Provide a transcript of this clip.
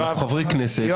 אנחנו חברי כנסת,